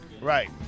Right